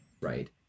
Right